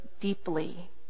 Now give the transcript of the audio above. deeply